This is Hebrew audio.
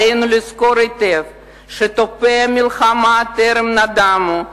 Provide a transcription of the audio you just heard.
עלינו לזכור היטב שתותחי המלחמה טרם נדמו.